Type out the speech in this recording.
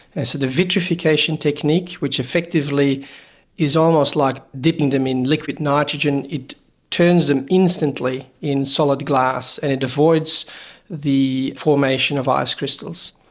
and so the vitrification technique which effectively is almost like dipping them in liquid nitrogen, it turns them instantly into solid glass, and it avoids the formation of ice crystals.